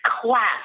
class